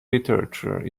literature